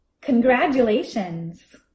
congratulations